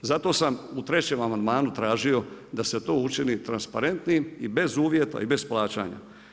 Zato sam u trećem amandmanu tražio da se to učini transparentnim i bez uvjeta i bez plaćanja.